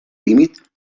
límit